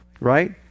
right